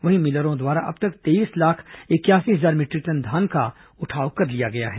वहीं मिलरों द्वारा अब तक तेईस लाख इकयासी हजार मीटरिक टन धान का उठाव कर लिया गया है